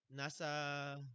nasa